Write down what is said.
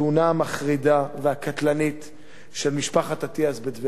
המחרידה והקטלנית של משפחת אטיאס בטבריה.